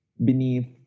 beneath